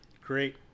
Great